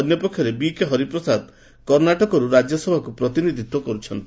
ଅନ୍ୟପକ୍ଷରେ ବିକେ ହରିପ୍ରସାଦ କର୍ଣ୍ଣାଟକରୁ ରାଜ୍ୟସଭାକୁ ପ୍ରତିନିଧିତ୍ୱ କରୁଛନ୍ତି